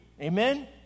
Amen